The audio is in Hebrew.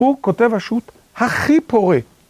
הוא כותב השו"ת הכי פורה.